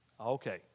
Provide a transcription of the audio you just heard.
Okay